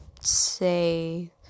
say